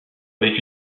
avec